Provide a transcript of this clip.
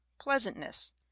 pleasantness